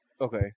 okay